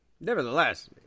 nevertheless